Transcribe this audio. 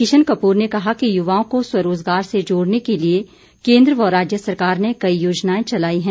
किशन कपूर ने कहा कि युवाओं को स्वरोज़गार से जोड़ने के लिए केन्द्र व राज्य सरकार ने कई योजनाए चलाई हैं